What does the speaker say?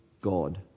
God